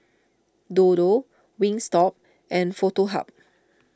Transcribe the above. Dodo Wingstop and Foto Hub